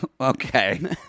Okay